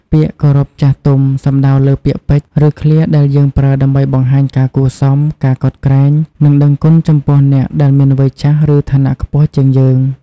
ពាក្យគោរពចាស់ទុំ សំដៅលើពាក្យពេចន៍ ឬឃ្លាដែលយើងប្រើដើម្បីបង្ហាញការគួរសម ការកោតក្រែង និងដឹងគុណចំពោះអ្នកដែលមានវ័យចាស់ ឬឋានៈខ្ពស់ជាងយើង។